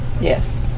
Yes